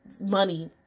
money